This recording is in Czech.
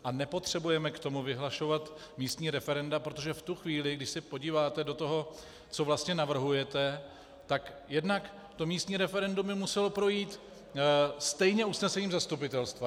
A nepotřebujeme k tomu vyhlašovat místní referenda, protože v tu chvíli, když se podíváte do toho, co vlastně navrhujete, tak jednak by to místní referendum muselo projít stejně usnesením zastupitelstva.